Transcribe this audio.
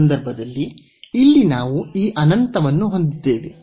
ಈ ಸಂದರ್ಭದಲ್ಲಿ ಇಲ್ಲಿ ನಾವು ಈ ಅನಂತವನ್ನು ಹೊಂದಿದ್ದೇವೆ